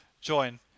join